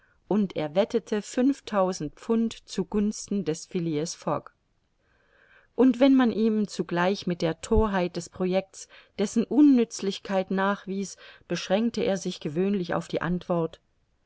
und er wettete fünftausend pfund zu gunsten des phileas fogg und wenn man ihm zugleich mit der thorheit des projects dessen unnützlichkeit nachwies beschränkte er sich gewöhnlich auf die antwort